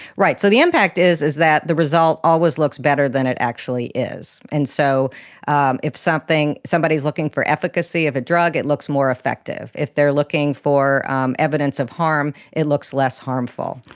right, so the impact is is that the result always looks better than it actually is. and so um if somebody is looking for efficacy of a drug, it looks more effective. if they are looking for evidence of harm, it looks less harmful.